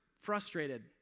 frustrated